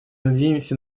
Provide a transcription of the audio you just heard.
надеемся